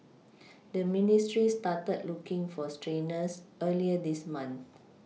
the ministry started looking for trainers earlier this month